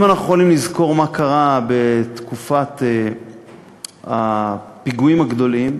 אם אנחנו יכולים לזכור מה קרה בתקופת הפיגועים הגדולים,